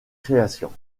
créations